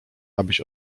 abyś